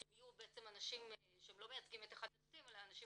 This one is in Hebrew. שהם יהיו אנשים שלא מייצגים את אחד הצדדים אלא אנשים